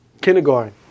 Kindergarten